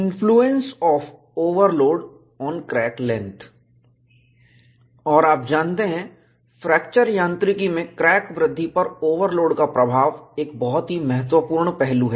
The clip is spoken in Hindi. influence of overload on crack length और आप जानते हैं फ्रैक्चर यांत्रिकी में क्रैक वृद्धि पर ओवरलोड का प्रभाव एक बहुत ही महत्वपूर्ण पहलू है